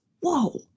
Whoa